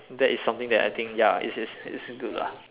that is something that I think ya it's it's it's good lah